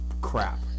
crap